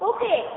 Okay